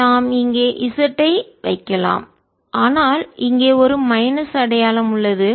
எனவே நாம் இங்கே z ஐ வைக்கலாம் ஆனால் இங்கே ஒரு மைனஸ் அடையாளம் உள்ளது